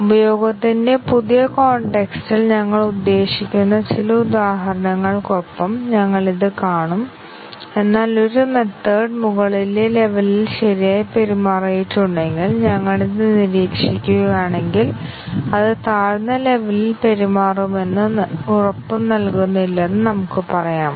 ഉപയോഗത്തിന്റെ പുതിയ കോൺടെക്സ്റ്റ് ഇൽ ഞങ്ങൾ ഉദ്ദേശിക്കുന്ന ചില ഉദാഹരണങ്ങൾക്കൊപ്പം ഞങ്ങൾ ഇത് കാണും എന്നാൽ ഒരു മെത്തേഡ് മുകളിലെ ലെവെലിൽ ശരിയായി പെരുമാറിയിട്ടുണ്ടെങ്കിൽ നിങ്ങൾ നിരീക്ഷിക്കുകയാണെങ്കിൽ അത് താഴ്ന്ന ലെവെലിൽ പെരുമാറുമെന്ന് ഉറപ്പുനൽകില്ലെന്ന് നമുക്ക് പറയാം